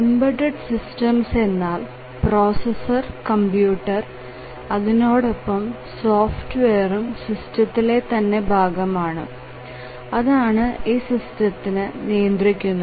embedded systems എന്നാൽ processor computer അതിനോടൊപ്പം സോഫ്റ്റ്വെയറും സിസ്റ്റത്തിലെ തന്നെ ഭാഗമാണ് അതാണ് ഈ സിസ്റ്റത്തിന് നിയന്ത്രിക്കുന്നത്